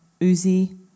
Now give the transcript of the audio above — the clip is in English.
Uzi